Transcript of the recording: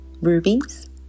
rubies